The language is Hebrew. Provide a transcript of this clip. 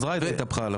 ואז ג'ידא התהפכה עליו.